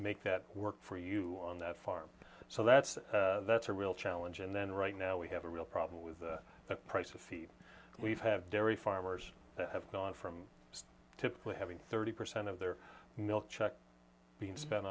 make that work for you on that farm so that's that's a real challenge and then right now we have a real problem with the price of feed we've had dairy farmers have gone from typically having thirty percent of their milk check being spent